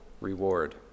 reward